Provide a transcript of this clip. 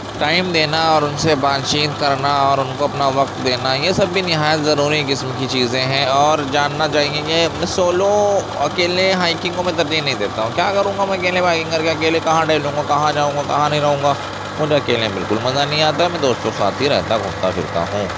time دینا اور ان سے بات چیت کرنا اور ان کو اپنا وقت دینا یہ سب بھی نہایت ضروری قسم کی چیزیں ہیں اور جاننا چاہیے کہ میں سولو اکیلے ہائیکنگ کو میں ترجیح نہیں دیتا ہوں کیا کروں گا میں اکیلے بائکنگ کر کے اکیلے کہاں ٹہلوں گا کہاں جاؤں گا کہاں نہیں رہوں گا مجھے اکیلے میں بالکل مزہ نہیں آتا ہے میں دوستوں کے ساتھ ہی رہتا گھومتا پھرتا ہوں